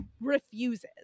refuses